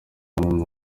bamwe